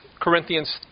Corinthians